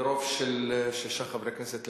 ברוב של שישה חברי כנסת,